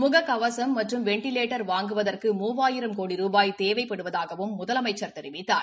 முககவசம் மற்றும் வெண்டிலேட்டர் வாங்குவதற்கு மூவாயிரம் கோடி ரூபாய் தேவைப்படுவதாகவும் முதலமைச்சர் தெரிவித்தார்